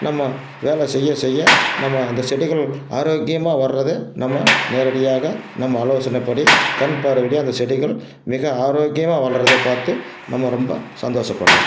நம்ம வேலை செய்ய செய்ய நம்ம அந்த செடிகள் ஆரோக்கியமாக வர்றது நம்ம நேரடியாக நம்ம ஆலோசனைப்படி கண் பார்வைக்கு அந்த செடிகள் மிக ஆரோக்கியமாக வளர்கிறத பார்த்து நம்ம ரொம்ப சந்தோஷப்படலாம்